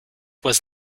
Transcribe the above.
was